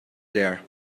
there